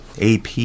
AP